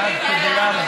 תודה רבה,